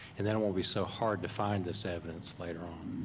and then it won't be so hard to find this evidence later on.